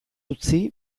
utzi